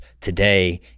today